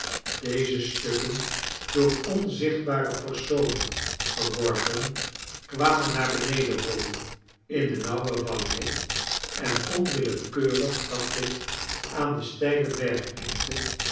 deze stukken door onzichtbare personen geworpen kwamen naar beneden rollen in de nauwe vallei en onwillekeurig dacht ik aan de steile bergengte